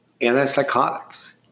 antipsychotics